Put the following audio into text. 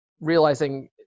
realizing